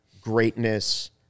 greatness